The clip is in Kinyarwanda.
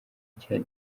cya